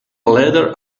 leader